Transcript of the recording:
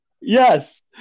Yes